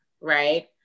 right